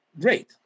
Great